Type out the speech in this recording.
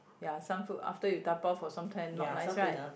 ya some food after you dabao for some time not nice right